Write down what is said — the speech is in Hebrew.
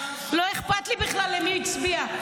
לא אכפת לי בכלל למי הצביע,